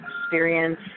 experience